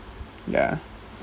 ya